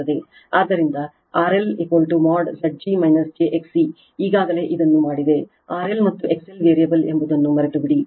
ಆದ್ದರಿಂದ RLmod Zg j XC ಈಗಾಗಲೇ ಇದನ್ನು ಮಾಡಿದೆ RL ಮತ್ತುXL ವೇರಿಯಬಲ್ ಎಂಬುದನ್ನು ಮರೆತುಬಿಡಿ